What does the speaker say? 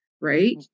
right